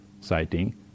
citing